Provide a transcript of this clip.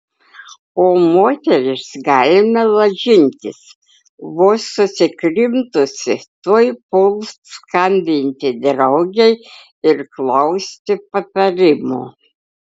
o moteris galime lažintis vos susikrimtusi tuoj puls skambinti draugei ir klausti patarimo